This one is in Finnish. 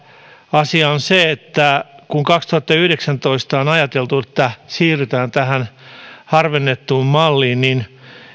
asia on se että kun kaksituhattayhdeksäntoista on on ajateltu että siirrytään tähän harvennettuun malliin niin